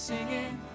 Singing